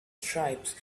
stripes